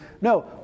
No